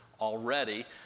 already